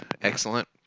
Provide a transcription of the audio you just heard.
Excellent